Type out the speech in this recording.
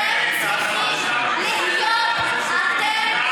אתם צריכים להיות, גברת,